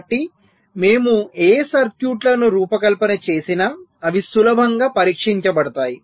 కాబట్టి మేము ఏ సర్క్యూట్లను రూపకల్పన చేసినా అవి సులభంగా పరీక్షించబడతాయి